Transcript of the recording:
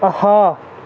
پَہا